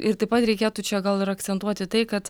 ir taip pat reikėtų čia gal ir akcentuoti tai kad